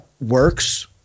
works